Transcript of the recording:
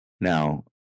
Now